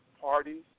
Parties